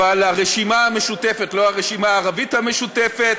הרשימה המשותפת, לא הרשימה הערבית המשותפת,